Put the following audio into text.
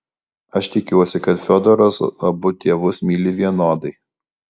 aš tikiuosi kad fiodoras abu tėvus myli vienodai